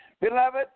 Beloved